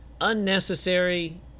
unnecessary